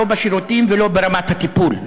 לא בשירותים ולא ברמת הטיפול.